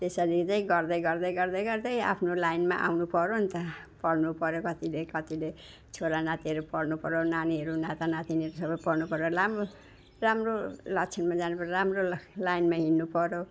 त्यसरी नै गर्दै गर्दै गर्दै गर्दै आफ्नो लाइनमा आउनुपऱ्यो नि त पढ्नुपऱ्यो कतिले कतिले छोरानातीहरू पढ्नुपऱ्यो नानीहरू नातानातिनीहरू सबै पढ्नुपऱ्यो राम्रो राम्रो लच्छिनमा जानुपऱ्यो राम्रो लाइनमा हिँड्नुपऱ्यो